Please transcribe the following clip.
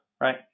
right